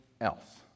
else